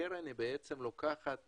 הקרן בעצם לוקחת